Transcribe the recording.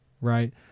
Right